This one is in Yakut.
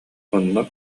онно